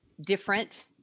different